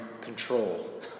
control